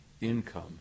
income